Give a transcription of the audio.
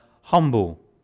humble